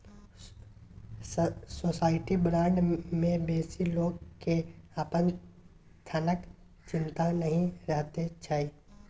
surety bond मे बेसी लोक केँ अपन धनक चिंता नहि रहैत छै